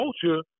culture